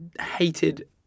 hated